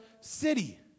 city